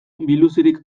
biluzik